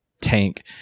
tank